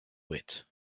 wit